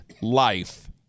life